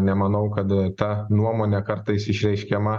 nemanau kad ta nuomonė kartais išreiškiama